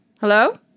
Hello